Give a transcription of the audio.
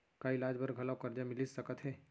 का इलाज बर घलव करजा मिलिस सकत हे?